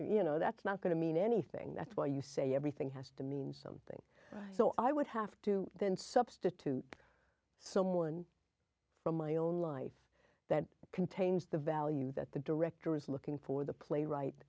you know that's not going to mean anything that's why you say everything has to mean something so i would have to then substitute someone from my own life that contains the value that the director is looking for the playwright